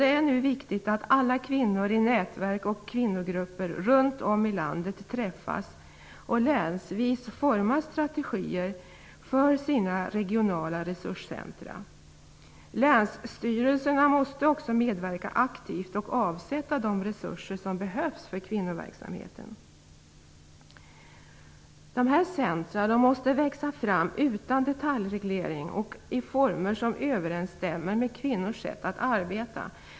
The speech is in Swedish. Det är nu viktigt att alla kvinnor i nätverk och kvinnogrupper runt om i landet träffas och länsvis formar strategier för sina regionala resurscentrum. Länsstyrelserna måste också medverka aktivt och avsätta de resurser som behövs för kvinnoverksamheten. Dessa centrum måste växa fram utan detaljreglering och i former som överensstämmer med kvinnors sätt att arbeta.